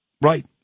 Right